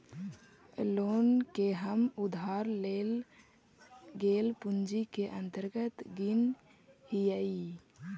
loan के हम उधार लेल गेल पूंजी के अंतर्गत गिनऽ हियई